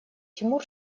тимур